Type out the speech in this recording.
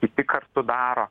kiti kartu daro